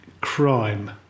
crime